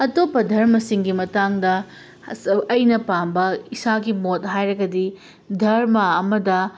ꯑꯇꯣꯞꯄ ꯆꯔꯃꯁꯤꯡꯒꯤ ꯃꯇꯥꯡꯗ ꯑꯩꯅ ꯄꯥꯝꯕ ꯏꯁꯥꯒꯤ ꯃꯣꯠ ꯍꯥꯏꯔꯒꯗꯤ ꯙꯔꯃ ꯑꯃꯗ